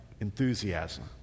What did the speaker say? enthusiasm